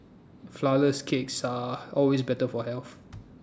Flourless Cakes are always better for health